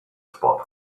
spot